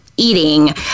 Eating